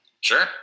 Sure